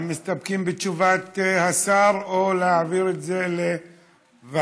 האם מסתפקים בתשובת השר או להעביר לוועדה